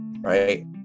Right